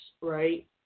right